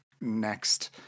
next